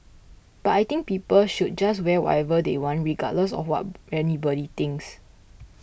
but I think people should just wear whatever they want regardless of what anybody thinks